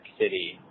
City